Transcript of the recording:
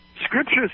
scriptures